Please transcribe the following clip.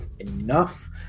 enough